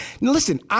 listen